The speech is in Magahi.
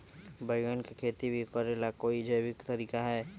बैंगन के खेती भी करे ला का कोई जैविक तरीका है?